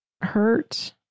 hurt